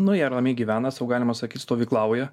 nu jie ramiai gyvena sau galima sakyt stovyklauja